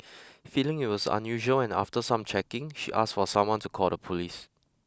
feeling it was unusual and after some checking she asked for someone to call the police